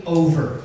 over